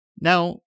Now